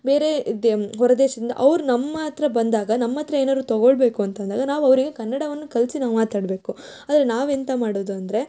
ಬೇರೆ ದೇ ಹೊರದೇಶದಿಂದ ಅವ್ರು ನಮ್ಮ ಹತ್ರ ಬಂದಾಗ ನಮ್ಮ ಹತ್ರ ಏನಾದ್ರು ತೊಗೊಳ್ಳಬೇಕು ಅಂತ ಅಂದಾಗ ನಾವು ಅವರಿಗೆ ಕನ್ನಡವನ್ನು ಕಲಿಸಿ ನಾವು ಮಾತಾಡಬೇಕು ಆದರೆ ನಾವು ಎಂತ ಮಾಡುವುದಂದ್ರೆ